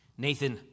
Nathan